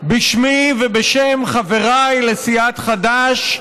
בשמי ובשם חבריי לסיעת חדש,